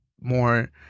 more